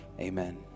Amen